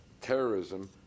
terrorism